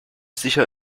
sicher